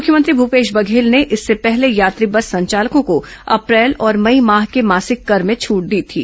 मुख्यमंत्री भूपेश बघेल ने इससे पहले यात्री बस संचालकों को अप्रैल और मई माह के मासिक कर में छूट दी थी